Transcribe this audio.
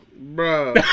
Bro